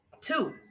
Two